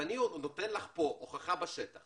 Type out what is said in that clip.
אני נותן לך פה הוכחה מהשטח